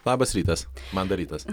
labas rytas man dar rytas